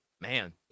man